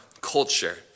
culture